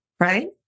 right